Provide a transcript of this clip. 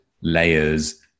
layers